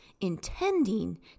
intending